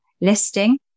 listing